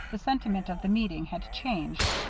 the sentiment of the meeting had changed.